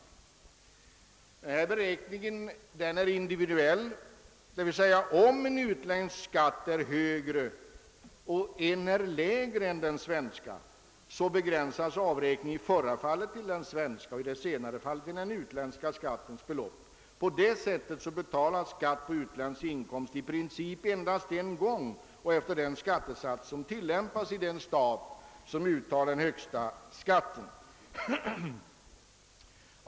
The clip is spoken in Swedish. Beräkningen är individuell. Om en utländsk skatt är högre och en lägre än den svenska, begränsas avräkningen i det förra fallet till den svenska och i det senare till den utländska skattens belopp. På det sättet betalas skatt på utländsk inkomst i princip endast en gång och efter den skattesats som till lämpas i den stat som uttar den högsta skatten.